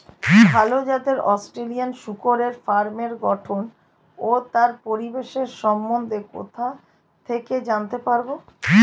ভাল জাতের অস্ট্রেলিয়ান শূকরের ফার্মের গঠন ও তার পরিবেশের সম্বন্ধে কোথা থেকে জানতে পারবো?